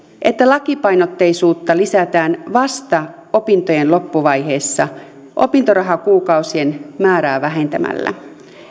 että lainapainotteisuutta lisätään vasta opintojen loppuvaiheessa opintorahakuukausien määrää vähentämällä